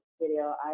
video